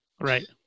Right